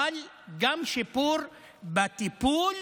אבל גם שיפור בטיפול